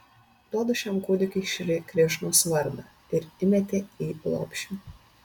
duodu šiam kūdikiui šri krišnos vardą ir įmetė į lopšį